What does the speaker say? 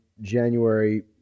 January